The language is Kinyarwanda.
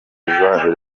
zazanye